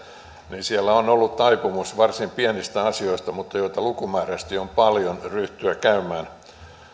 niin siellä on ollut aikomus varsin pienistä asioista mutta joita lukumääräisesti on paljon ryhtyä käymään